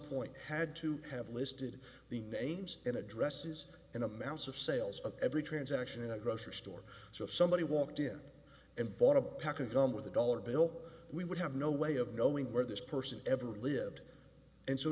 point had to have listed the names and addresses and amounts of sales of every transaction in a grocery store so if somebody walked in and bought a pack of gum with a dollar bill we would have no way of knowing where this person ever lived and so